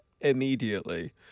immediately